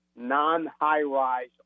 non-high-rise